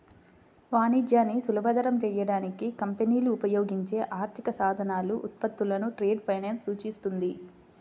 వాణిజ్యాన్ని సులభతరం చేయడానికి కంపెనీలు ఉపయోగించే ఆర్థిక సాధనాలు, ఉత్పత్తులను ట్రేడ్ ఫైనాన్స్ సూచిస్తుంది